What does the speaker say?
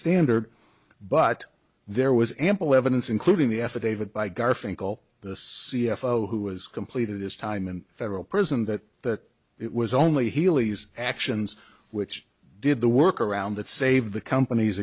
standard but there was ample evidence including the affidavit by garfinkel the c f o who has completed his time in federal prison that that it was only heelys actions which did the work around that save the compan